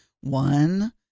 One